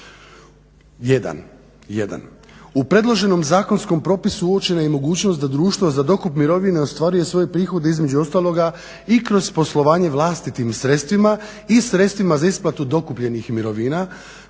U predloženom zakonskom propisu uočena je i mogućnost da društvo za dokup mirovina ostvaruje svoje prihode između ostaloga i kroz poslovanje vlastitim sredstvima i sredstvima za isplatu dokupljenih mirovina